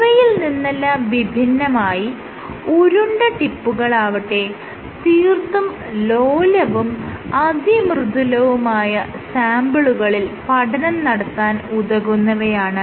ഇവയിൽ നിന്നെല്ലാം വിഭിന്നമായി ഉരുണ്ട ടിപ്പുകളാകട്ടെ തീർത്തും ലോലവും അതിമൃദുലവുമായ സാംപിളുകളിൽ പഠനം നടത്താൻ ഉതകുന്നവയാണ്